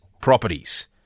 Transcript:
properties